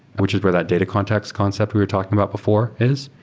which is where that data context concept we are talking about before is.